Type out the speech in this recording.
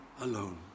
alone